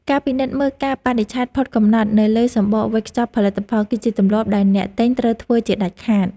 ការពិនិត្យមើលកាលបរិច្ឆេទផុតកំណត់នៅលើសំបកវេចខ្ចប់ផលិតផល គឺជាទម្លាប់ដែលអ្នកទិញត្រូវធ្វើជាដាច់ខាត។